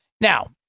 Now